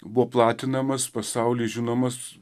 buvo platinamas pasauly žinomas